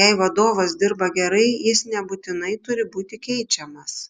jei vadovas dirba gerai jis nebūtinai turi būti keičiamas